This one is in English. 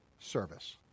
service